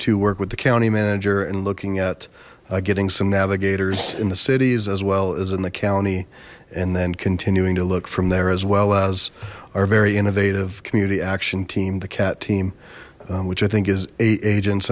to work with the county manager and looking at getting some navigators in the cities as well as in the county and then continuing to look from there as well as our very innovative community action team the cat team which i think is